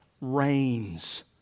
reigns